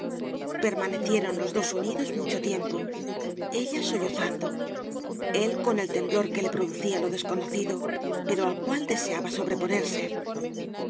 permanecieron los dos unidos mucho tiempo ella sollozando él con el temblor que le producía lo desconocido pero al cual deseaba sobreponerse